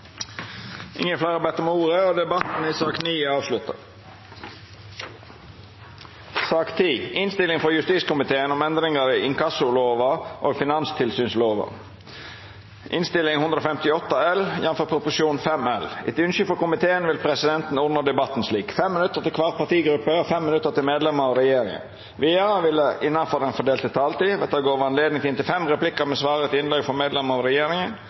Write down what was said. Ingen har bedt om replikk, og fleire har ikkje bedt om ordet til sak nr. 10. Etter ynske frå justiskomiteen vil presidenten ordna debatten slik: 5 minutt til kvar partigruppe og 5 minutt til medlemer av regjeringa. Vidare vil det – innanfor den fordelte taletida – verta gjeve anledning til inntil fem replikkar med svar etter innlegg frå medlemer av regjeringa,